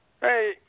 Hey